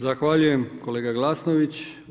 Zahvaljujem kolega Glasnović.